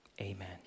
amen